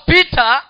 Peter